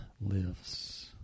lives